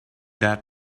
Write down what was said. that